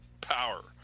power